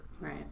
Right